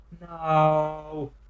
no